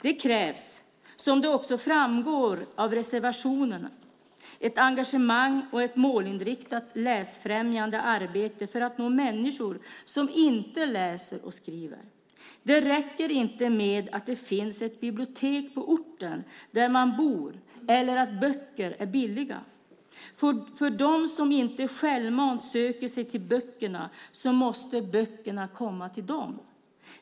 Det krävs, som också framgår av reservationen, ett engagemang och ett målinriktat läsfrämjande arbete för att nå människor som inte läser eller skriver. Det räcker inte med att det finns ett bibliotek på orten där man bor eller att böcker är billiga. För dem som inte självmant söker sig till böckerna måste böckerna komma till dem.